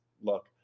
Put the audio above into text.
look